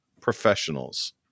professionals